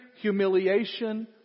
humiliation